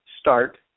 start